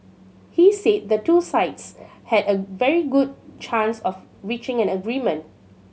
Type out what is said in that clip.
he said the two sides had a very good chance of reaching an agreement